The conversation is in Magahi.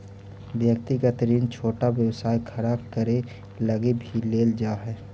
व्यक्तिगत ऋण छोटा व्यवसाय खड़ा करे लगी भी लेल जा हई